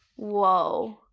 whoa.